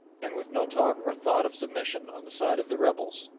and with no talk or thought of submission on the side of the rebels.